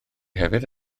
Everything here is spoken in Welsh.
hefyd